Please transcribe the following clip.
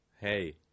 Hey